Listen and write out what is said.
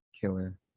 killer